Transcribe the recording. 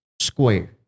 square